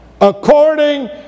According